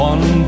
One